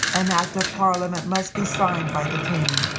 an act of parliament must be signed by the king.